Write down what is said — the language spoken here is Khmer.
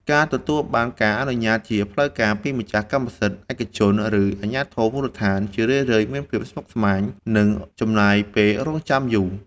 ការទទួលបានការអនុញ្ញាតជាផ្លូវការពីម្ចាស់កម្មសិទ្ធិឯកជន ឬអាជ្ញាធរមូលដ្ឋាន ជារឿយៗមានភាពស្មុគស្មាញ និងចំណាយពេលរង់ចាំយូរ។